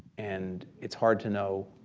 and it's hard to know,